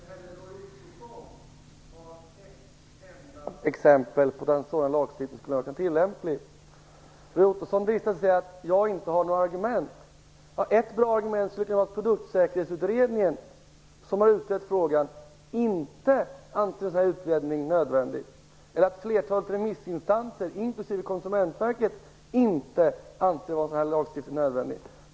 Fru talman! Jag konstaterar att inte heller Roy Ottosson anger något enda exempel som den här lagstiftningen skulle vara tillämplig på. Roy Ottosson säger att jag inte har några argument. Ett bra argument är att Produktsäkerhetsutredningen, som har analyserat frågan, inte anser den efterfrågade utredningen vara nödvändig. Vidare har flertalet remissinstanser, inklusive Konsumentverket, ansett denna lagstiftning inte vara nödvändig.